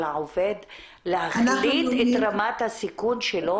על העובד להחליט את רמת הסיכון שלו?